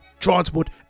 transport